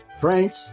French